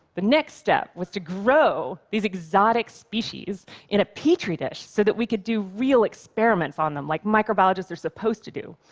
the next step was to grow these exotic species in a petri dish so that we could do real experiments on them like microbiologists are supposed to do.